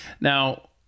Now